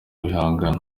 bihangano